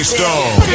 Stone